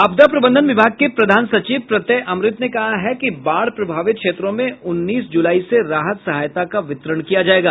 आपदा प्रबंधन विभाग के प्रधान सचिव प्रत्यय अमृत ने कहा है कि बाढ प्रभावित क्षेत्रों में उन्नेस जुलाई से राहत सहायता का वितरण किया जायेगा